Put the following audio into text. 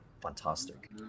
fantastic